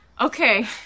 okay